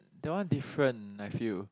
that one different I feel